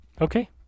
Okay